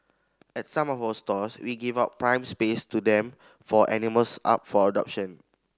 at some of our stores we give out prime space to them for animals up for adoption